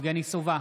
יבגני סובה,